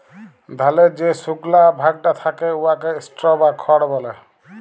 ধালের যে সুকলা ভাগটা থ্যাকে উয়াকে স্ট্র বা খড় ব্যলে